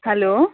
hello